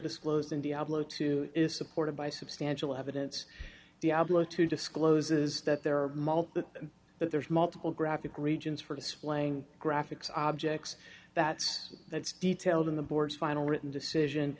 disclosed in diablo two is supported by substantial evidence diablo two discloses that there are multiple but there's multiple graphic regions for displaying graphics objects that's that's detailed in the board's final written decision